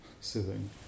sitting